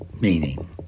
meaning